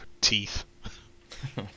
teeth